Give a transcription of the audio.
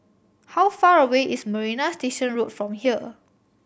how far away is Marina Station Road from here